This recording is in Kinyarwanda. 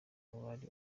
muri